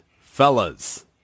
fellas